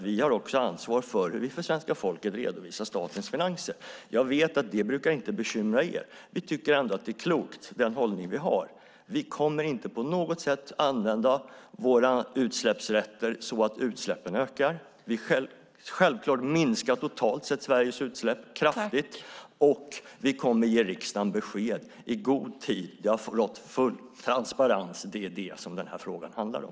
Vi har också ansvar för hur vi för svenska folket redovisar statens finanser. Jag vet att det inte brukar bekymra er. Men vi tycker ändå att den hållning vi har är klok. Vi kommer inte på något sätt att använda våra utsläppsrätter så att utsläppen ökar. Vi minskar självklart totalt sett Sveriges utsläpp kraftigt. Vi kommer att ge riksdagen besked i god tid. Det har rått full transparens. Det är vad den här frågan handlar om.